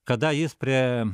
kada jis prie